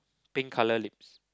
pink colour lips